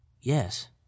Yes